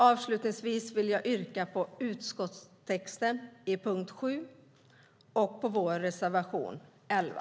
Avslutningsvis vill jag yrka bifall till utskottets förslag under punkt 7 och till vår reservation nr 11.